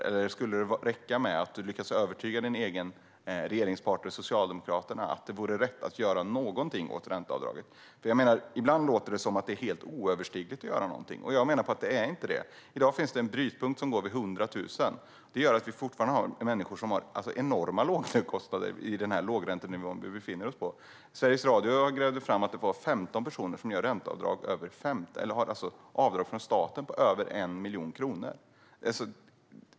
Eller skulle det räcka med att du lyckas övertyga din egen regeringspartner Socialdemokraterna att det vore rätt att göra någonting åt ränteavdraget? Ibland låter det som att det är helt oöverstigligt att göra någonting, och jag menar att det inte är det. I dag finns en brytpunkt vid 100 000. Det gör att vi fortfarande har människor som har enorma lånekostnader med den lågräntenivå vi befinner oss på. Sveriges Radio har grävt fram att det är 15 personer som har avdrag från staten på över 1 miljon kronor.